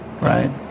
right